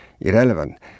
irrelevant